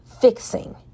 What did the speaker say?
fixing